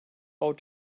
out